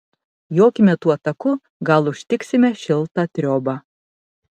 jokime tuo taku gal užtiksime šiltą triobą